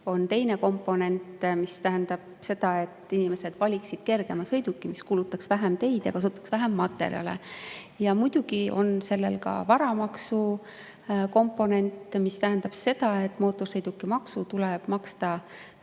on teine komponent. [Eesmärk on see], et inimesed valiksid kergema sõiduki, mis kulutaks vähem teid ja kasutaks vähem materjale. Muidugi on sellel ka varamaksu komponent, mis tähendab seda, et mootorsõidukimaksu tuleb maksta